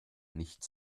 nicht